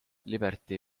liberty